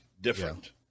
different